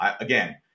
Again